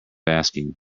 asking